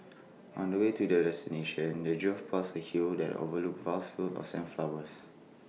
on the way to their destination they drove past A hill that overlooked vast fields of sunflowers